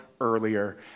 earlier